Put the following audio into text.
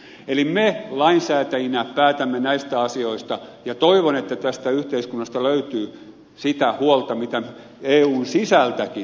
eli me lainsäätäjinä päätämme näistä asioista ja toivon että tästä yhteiskunnasta löytyy sitä huolta mitä eun sisältäkin